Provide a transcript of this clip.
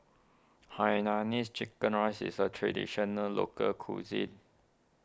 Hainanese Chicken Rice is a Traditional Local Cuisine